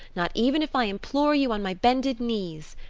not even if i implore you on my bended knees.